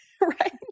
right